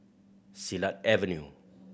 Silat Avenue